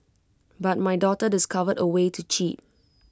but my daughter discovered A way to cheat